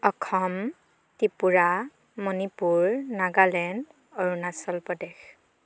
Assam Tripura Manipur Nagaland Arunachal Pradesh